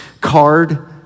card